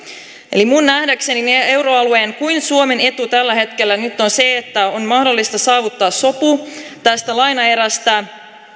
eli minun nähdäkseni niin euroalueen kuin suomen etu tällä hetkellä on se että on mahdollista saavuttaa tästä lainaerästä sopu